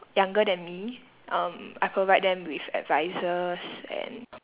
younger than me um I provide them with advices and